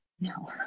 No